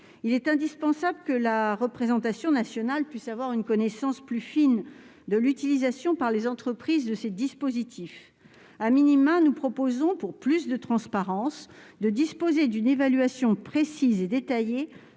Il est donc indispensable que la représentation nationale puisse avoir une connaissance plus fine de l'utilisation par les entreprises de ces dispositifs. Pour favoriser la transparence, nous proposons de disposer d'une évaluation précise et détaillée